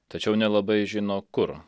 tačiau nelabai žino kur